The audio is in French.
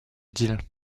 idylle